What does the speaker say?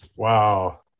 Wow